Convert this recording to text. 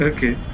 Okay